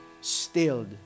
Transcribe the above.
stilled